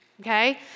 Okay